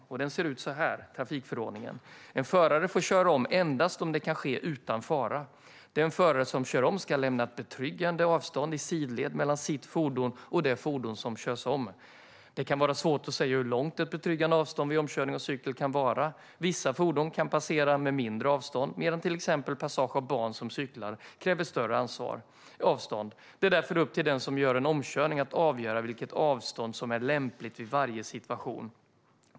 Trafikförordningen ser ut så här: En förare får köra om endast om det kan ske utan fara. Den förare som kör om ska lämna ett betryggande avstånd i sidled mellan sitt fordon och det fordon som körs om. Det kan vara svårt att säga hur långt ett betryggande avstånd vid omkörning av cykel kan vara. Vissa fordon kan passera med mindre avstånd medan till exempel passage av barn som cyklar kräver större avstånd. Det är därför upp till den som gör en omkörning att avgöra vilket avstånd som är lämpligt vid varje situation.